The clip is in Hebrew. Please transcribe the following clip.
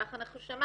כך אנחנו שמענו.